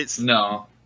No